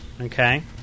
Okay